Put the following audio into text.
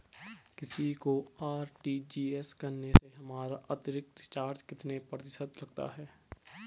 किसी को आर.टी.जी.एस करने से हमारा अतिरिक्त चार्ज कितने प्रतिशत लगता है?